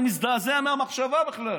אני מזדעזע מהמחשבה בכלל.